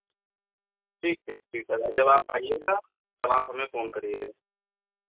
ठीक ठीक ठीक दादा जब आप आइएगा तब आप हमें फ़ोन करिएगा